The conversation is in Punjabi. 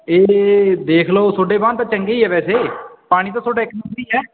ਇਹ ਦੇਖ ਲਓ ਤੁਹਾਡੇ ਬਾਨ ਤਾਂ ਚੰਗੇ ਹੀ ਆ ਵੈਸੇ ਪਾਣੀ ਤਾਂ ਤੁਹਾਡਾ ਇੱਕ ਨੰਬਰ ਹੀ